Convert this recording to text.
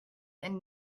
and